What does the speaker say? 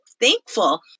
Thankful